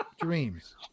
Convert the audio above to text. dreams